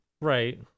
Right